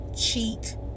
cheat